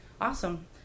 Awesome